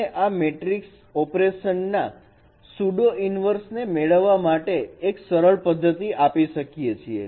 આપણે આ મેટ્રિક્સ ઓપરેશનના સ્યુડો ઇનવેર્સ "pseudo inverse" ને મેળવવા માટેની એક સરળ પદ્ધતિ આપી શકીએ છીએ